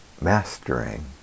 mastering